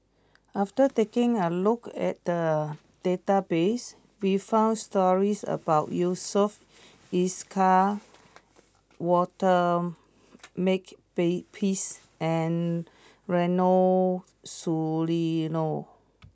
after taking a look at the database we found stories about Yusof Ishak Walter Make bay peace and Ronald Susilo